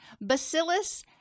bacillus